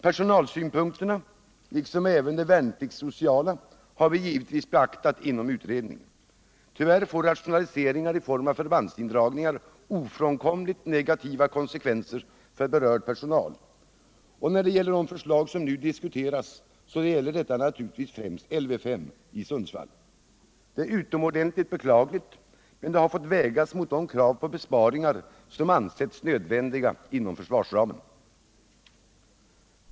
Personalsynpunkterna liksom även de värnpliktssociala synpunkterna har vi givetvis beaktat inom utredningen. Tyvärr får rationaliseringar i form av förbandsindragningar ofrånkomligt negativa konsekvenser för berörd personal, och för de förslag som nu diskuteras gäller detta naturligtvis främst Lv 5 i Sundsvall. Detta är utomordentligt beklagligt, men det har fått vägas mot de krav på besparingar som ansetts nödvändiga inom försvarsramen.